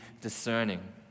discerning